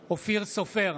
בהצבעה אופיר סופר,